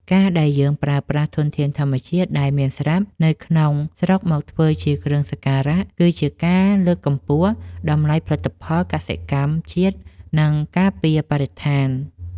ការដែលយើងប្រើប្រាស់ធនធានធម្មជាតិដែលមានស្រាប់នៅក្នុងស្រុកមកធ្វើជាគ្រឿងសក្ការៈ គឺជាការលើកកម្ពស់តម្លៃផលិតផលកសិកម្មជាតិ និងការពារបរិស្ថាន។